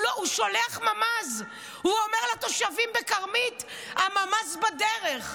הוא שולח ממ"ז, ואומר לתושבים בכרמית: הממ"ז בדרך,